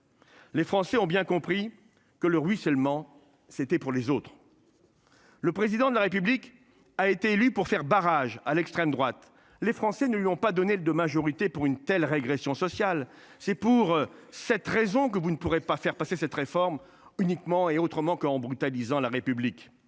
Les Français ont bien compris que le ruissellement c'était pour les autres. Le président de la République a été élu pour faire barrage à l'extrême droite. Les Français ne lui ont pas donné de majorité pour une telle régression sociale. C'est pour cette raison que vous ne pourrez pas faire passer cette réforme uniquement et autrement qu'en brutalisant la République